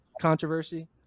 controversy